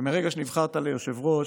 ומרגע שנבחרת ליושב-ראש,